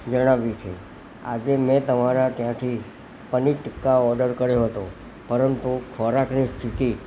જણાવવી છે આજે મેં તમારા ત્યાંથી પનીર ટીકા ઓડર કર્યો હતો પરંતુ ખોરાકની સ્થિતિ